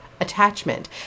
attachment